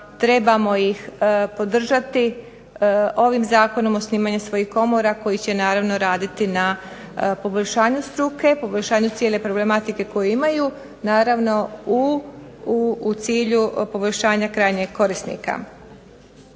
trebamo ih podržati, ovim zakonom …/Govornica se ne razumije./… svojih komora koji će naravno raditi na poboljšanju struke, poboljšanju cijele problematike koju imaju, naravno u cilju poboljšanja krajnjeg korisnika.